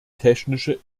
technische